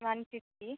one fifty